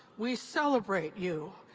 we celebrate you,